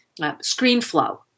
ScreenFlow